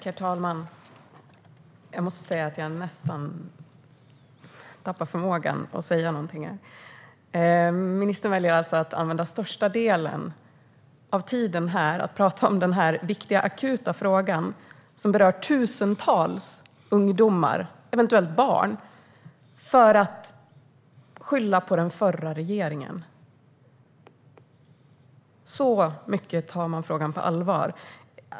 Herr talman! Jag tappar nästan förmågan att säga någonting. Ministern väljer alltså att använda största delen av talartiden för att prata om den viktiga akuta frågan, som berör tusentals ungdomar, eventuellt barn, till att skylla på den förra regeringen. Så mycket tar man frågan på allvar.